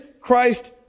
Christ